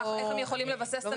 אני לא יודעת איך הם יכולים לבסס את